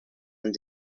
and